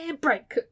break